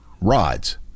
rods